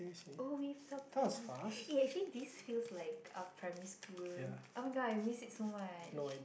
oh we have talk time eh actually this feels like a primary school oh-my-god I miss it so much